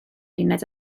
uned